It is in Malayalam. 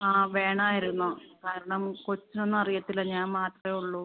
ആ വേണമായിരുന്നു കാരണം കൊച്ചിനൊന്നും അറിയില്ല ഞാൻ മാത്രമേ ഉള്ളൂ